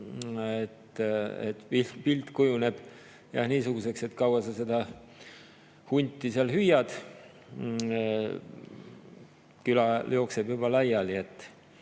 Pilt kujuneb, jah, niisuguseks, et kaua sa seda hunti hüüad, küla jookseb juba laiali.